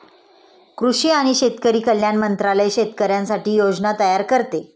कृषी आणि शेतकरी कल्याण मंत्रालय शेतकऱ्यांसाठी योजना तयार करते